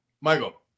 Michael